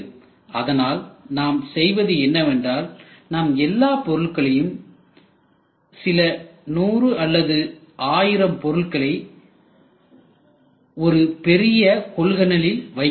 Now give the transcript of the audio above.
அதனால் நாம் செய்வது என்னவென்றால் நாம் எல்லா பொருட்களையும் சில 100 அல்லது 1000 பொருட்களை ஒரு பெரிய கொள்கலனில் வைக்கின்றோம்